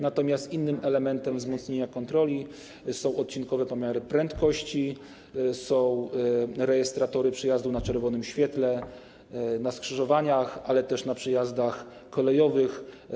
Natomiast innymi elementami wzmocnienia kontroli są odcinkowe pomiary prędkości, są rejestratory przejazdu na czerwonym świetle, na skrzyżowaniach, ale też na przejazdach kolejowych.